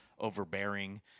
overbearing